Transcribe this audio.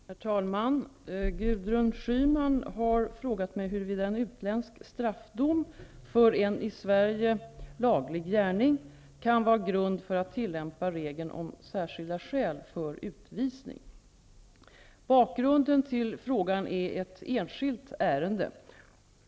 Herr talman! Gudrun Schyman har frågat mig huruvida en utländsk straffdom för en i Sverige laglig gärning kan vara grund för att tillämpa regeln om ''särskilda skäl'' för utvisning. Bakgrunden till frågan är ett enskilt ärende.